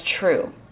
true